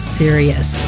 serious